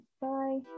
bye